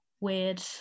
weird